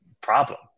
problem